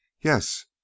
Yes